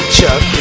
Chuck